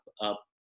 up